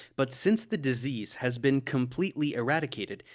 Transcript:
but since the disease has been completely eradicated,